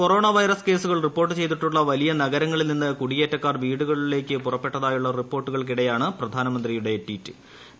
കൊറോണ്ട് virus കേസുകൾ report ചെയ്തിട്ടുള്ള വലിയ്ക്ക്ക്ക്നഗരങ്ങളിൽ നിന്ന് കുടിയേറ്റക്കാർ വീടുകളിലേക്ക് പുറപ്പെടുന്നതായുള്ള റിപ്പോർട്ടുകൾക്കിടെയാണ് പ്രധാനമന്ത്രിയുടെ ട്വീറ്റ്